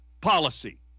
policy